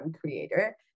creator